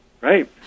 Right